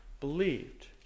believed